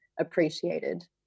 appreciated